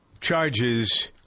charges